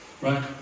right